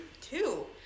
Two